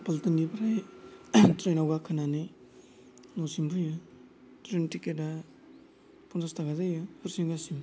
फलटननिफ्राय ट्रेनाव गाखोनानै न'सिम फैयो ट्रेन टिकेटआ फनसाच थाखा जायो हरिसिंगासिम